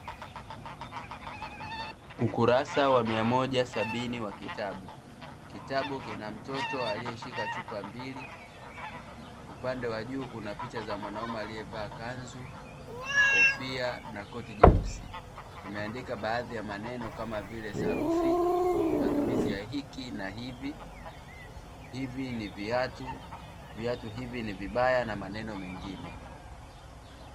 Ukurasa wa mia moja sabini wa kitabu, kitabu kina mtoto aliyeshika chupa mbili upande wa juu kuna picha za mwanaume aliyevaa kanzu, kofia na koti jeusi kimeandika baadhi ya maneno kama vile sarufi, matumizi ya hiki na hivi, hivi ni viatu, viatu hivi ni vibaya na maneno mengine.